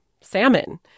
salmon